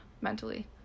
Mentally